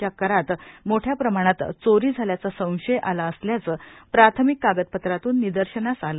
च्या करात मोठ्या प्रमाणात चोरी झाल्याचा संशय आला असल्याच प्राथमिक कागदपत्रातून निदर्शनात आल